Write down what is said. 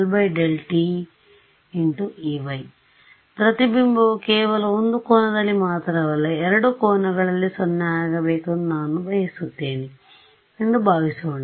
∂∂ tEy ಪ್ರತಿಬಿಂಬವು ಕೇವಲ ಒಂದು ಕೋನದಲ್ಲಿ ಮಾತ್ರವಲ್ಲ ಎರಡು ಕೋನಗಳಲ್ಲಿ 0 ಆಗಬೇಕೆಂದು ನಾನು ಬಯಸುತ್ತೇನೆ ಎಂದು ಭಾವಿಸೋಣ